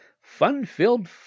Fun-filled